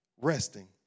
resting